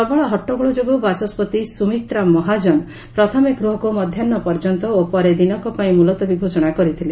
ପ୍ରବଳ ହଟ୍ଟଗୋଳ ଯୋଗୁଁ ବାଚସ୍କତି ସୁମିତ୍ରା ମହାଜନ ପ୍ରଥମେ ଗୃହକୁ ମଧ୍ୟାହ୍ନ ପର୍ଯ୍ୟନ୍ତ ଓ ପରେ ଦିନକ ପାଇଁ ମୁଲତବୀ ଘୋଷଣା କରିଥିଲେ